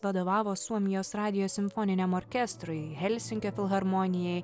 vadovavo suomijos radijo simfoniniam orkestrui helsinkio filharmonijai